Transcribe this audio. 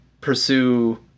pursue